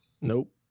Nope